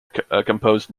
composed